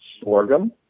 sorghum